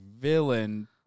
villain